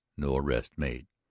no arrest made.